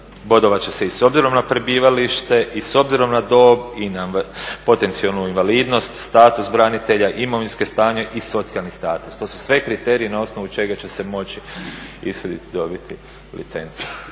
bodovat će se i s obzirom na prebivalište i s obzirom na dob i na potencijalnu invalidnost, status branitelja, imovinsko stanje i socijalni status. To su sve kriteriji na osnovu čega će se moći ishoditi, dobiti licenca.